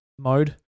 mode